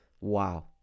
wow